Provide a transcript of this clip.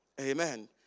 Amen